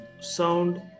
sound